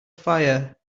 fire